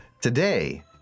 Today